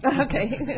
Okay